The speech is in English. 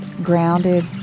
Grounded